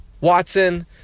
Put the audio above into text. Watson